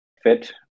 fit